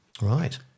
Right